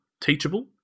teachable